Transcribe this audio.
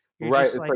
Right